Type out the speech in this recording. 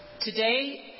Today